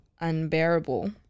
unbearable